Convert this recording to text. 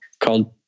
called